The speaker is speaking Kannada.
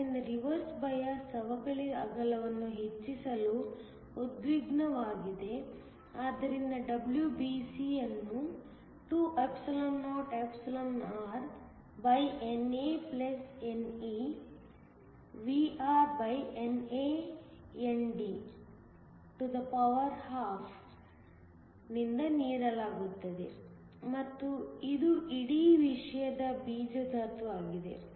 ಆದ್ದರಿಂದ ರಿವರ್ಸ್ ಬಯಾಸ್ ಸವಕಳಿ ಅಗಲವನ್ನು ಹೆಚ್ಚಿಸಲು ಉದ್ವಿಗ್ನವಾಗಿದೆ ಆದ್ದರಿಂದ WBC ಅನ್ನು 2orNANoVrNAND12 ನಿಂದ ನೀಡಲಾಗುತ್ತದೆ ಮತ್ತು ಇದು ಇಡೀ ವಿಷಯದ ಬೀಜಧಾತು ಆಗಿದೆ